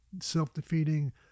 self-defeating